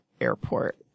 airport